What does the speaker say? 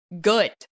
good